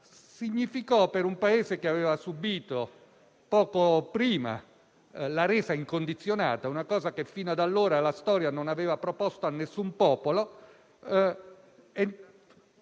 infatti, per un Paese che aveva subito poco prima la resa incondizionata, significò una cosa che fino ad allora la storia non aveva proposto a nessun popolo: